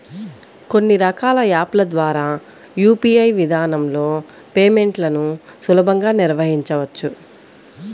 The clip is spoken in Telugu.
కొన్ని రకాల యాప్ ల ద్వారా యూ.పీ.ఐ విధానంలో పేమెంట్లను సులభంగా నిర్వహించవచ్చు